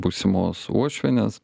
būsimos uošvienės